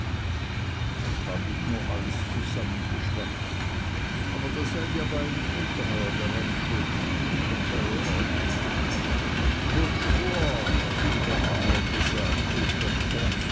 was habe ich nur alles zusammengeschwatzt aber da seid ihr beiden ungeheuer dran schuld ich verzeihe euch bob schwor wie der engländer sagte